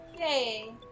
Yay